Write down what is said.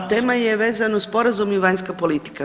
Pa tema je vezano uz sporazum i vanjska politika.